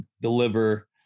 deliver